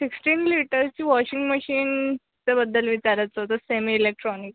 sixteen लीटरची washing मशीनच्या बद्दल विचारायचं होतं सेमी इलेक्ट्रॉनिक